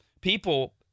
People